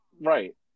Right